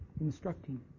instructing